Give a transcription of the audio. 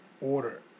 order